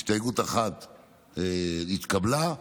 התקבלה,